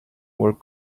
were